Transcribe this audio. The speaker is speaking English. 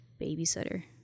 babysitter